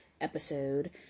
episode